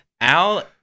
Al